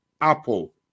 Apple